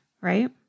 right